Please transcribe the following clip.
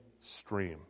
stream